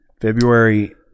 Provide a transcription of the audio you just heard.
February